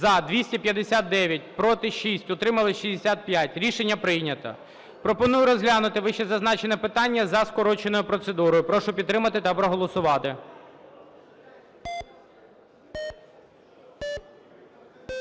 За-259 Проти – 6, утримались – 65. Рішення прийнято. Пропоную розглянути вищезазначене питання за скороченою процедурою. Прошу підтримати та проголосувати.